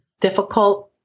Difficult